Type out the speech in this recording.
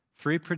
Three